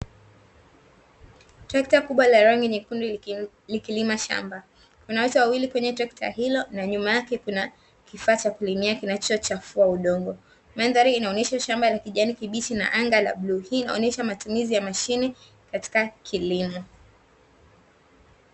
Trekta kubwa la rangi nyekundu likilima shamba. Kuna watu wawili kwenye trekta hilo na nyuma yake kuna kifaa cha kulimia kinacho chakua udongo. Mandhari inaonyesha shamba la kijani kibichi na anga la bluu; hii inaonyesha matumizi ya mashine katika kilimo.